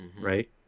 right